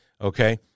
okay